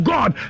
God